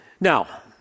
Now